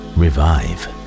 revive